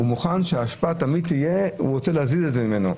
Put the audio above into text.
הוא תמיד רוצה להזיז את האשפה ממנו.